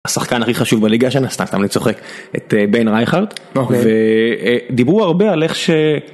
השחקן הכי חשוב בליגה, שסתם אני צוחק, את בן רייכרד דיברו הרבה על איך.